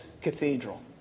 cathedral